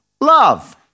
Love